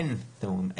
אין תיאום,